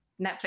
Netflix